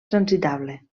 transitable